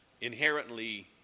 inherently